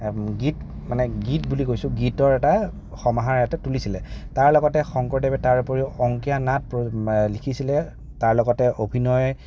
গীত মানে গীত বুলি কৈছোঁ গীতৰ এটা সমাহাৰ এটা তুলিছে তাৰ লগতে শংকৰদেৱে তাৰ উপৰিও অংকীয়া নাট লিখিছিলে তাৰ লগতে অভিনয়